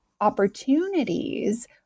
opportunities